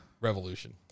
Revolution